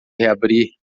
reabrir